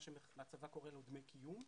מה שהצבא קורא לו דמי קיום,